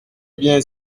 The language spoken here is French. bien